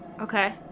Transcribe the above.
Okay